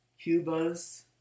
Cubas